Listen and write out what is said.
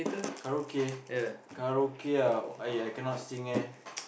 karaoke karaoke ah I I cannot sing eh